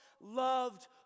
loved